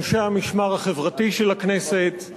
אנשי "המשמר החברתי" בכנסת,